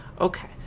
Okay